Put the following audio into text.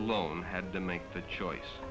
alone had to make the choice